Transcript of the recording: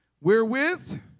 wherewith